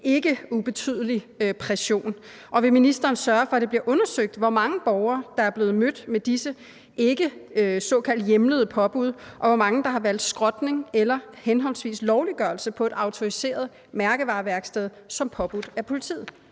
ikke ubetydelig pression – og vil ministeren sørge for, at det bliver undersøgt, hvor mange borgere der er blevet mødt med disse ikke såkaldt hjemlede påbud, og hvor mange der har valgt skrotning eller henholdsvis lovliggørelse på et autoriseret mærkevareværksted som påbudt af politiet?